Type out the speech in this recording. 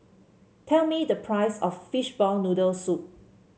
tell me the price of Fishball Noodle Soup